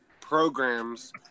programs